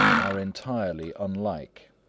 are entirely unlike.